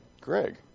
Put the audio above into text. Greg